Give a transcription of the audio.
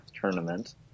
Tournament